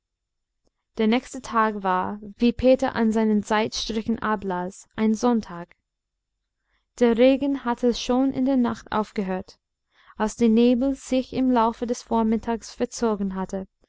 der nächste tag war wie peter an seinen zeitstrichen ablas ein sonntag der regen hatte schon in der nacht aufgehört als die nebel sich im laufe des vormittags verzogen hatten